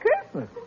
Christmas